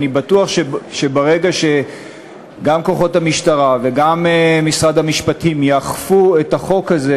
אני בטוח שברגע שגם כוחות המשטרה וגם משרד המשפטים יאכפו את החוק הזה,